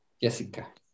Jessica